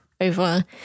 over